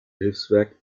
hilfswerk